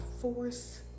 force